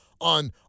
on